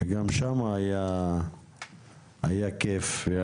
גם שם הדיון היה מעניין כי הדברים